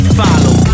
follow